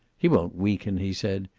he won't weaken, he said.